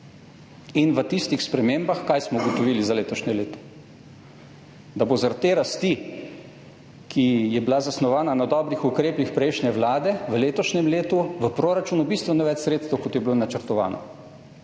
V tistih spremembah – kaj smo ugotovili za letošnje leto? Da bo zaradi te rasti, ki je bila zasnovana na dobrih ukrepih prejšnje vlade, v letošnjem letu v proračunu bistveno več sredstev, kot je bilo načrtovano.